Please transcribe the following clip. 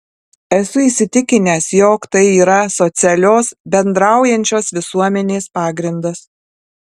esu įsitikinęs jog tai yra socialios bendraujančios visuomenės pagrindas